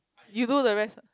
you do the rest ah